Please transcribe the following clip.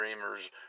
Dreamers